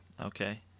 okay